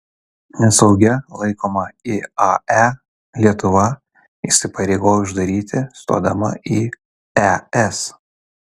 nesaugia laikomą iae lietuva įsipareigojo uždaryti stodama į es